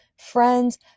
friends